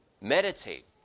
meditate